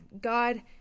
God